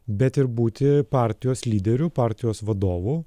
bet ir būti partijos lyderiu partijos vadovu